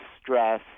stress